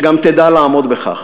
שגם תדע לעמוד בכך.